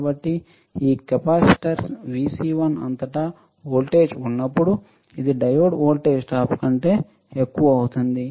కాబట్టి ఈ capacitor Vc1 అంతటా వోల్టేజ్ ఉన్నప్పుడు ఇది డయోడ్ వోల్టేజ్ డ్రాప్ కంటే ఎక్కువ అవుతుంది